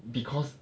because